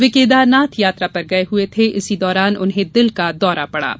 वे केदारनाथ यात्रा पर गये हुए थे इसी दौरान उन्हें दिल का दौरा पड़ा था